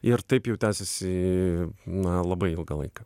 ir taip jau tęsiasi na labai ilgą laiką